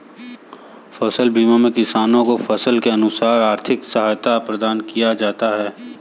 फसल बीमा में किसानों को फसल के नुकसान में आर्थिक सहायता प्रदान किया जाता है